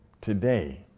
today